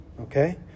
okay